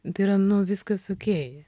tai yra nu viskas okei